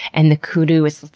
and the kudu is,